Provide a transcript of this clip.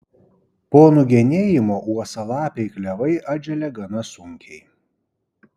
po nugenėjimo uosialapiai klevai atželia gana sunkiai